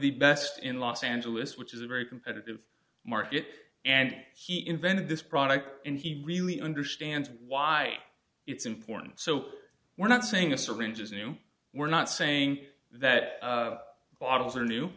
the best in los angeles which is a very competitive market and he invented this product and he really understands why it's important so we're not saying a syringe is new we're not saying that bottles are new